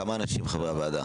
כמה אנשים חברי ועדה?